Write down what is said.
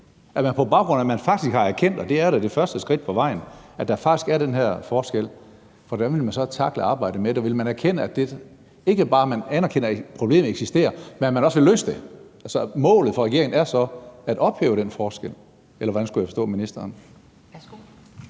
skridt på vejen – at der faktisk er den her forskel? Hvordan vil man så tackle arbejdet med det, og vil man ikke bare anerkende, at problemet eksisterer, men også løse det? Er målet for regeringen så at ophæve den forskel, eller hvordan skal jeg forstå ministeren?